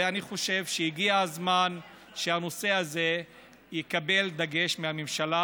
ואני חושב שהגיע הזמן שהנושא הזה יקבל דגש מהממשלה,